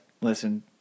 listen